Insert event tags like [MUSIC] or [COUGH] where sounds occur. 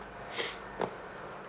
[NOISE]